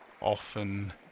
often